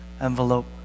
envelope